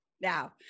now